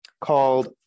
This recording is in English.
called